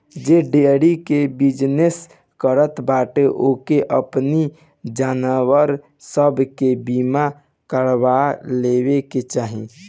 जे डेयरी के बिजनेस करत बाटे ओके अपनी जानवर सब के बीमा करवा लेवे के चाही